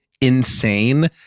insane